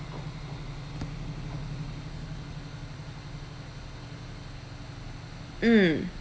mm